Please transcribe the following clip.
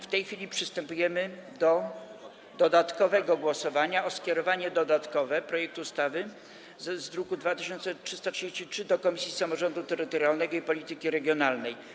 W tej chwili przystępujemy do dodatkowego głosowania w sprawie skierowania projektu ustawy z druku nr 2333 do Komisji Samorządu Terytorialnego i Polityki Regionalnej.